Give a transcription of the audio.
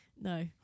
No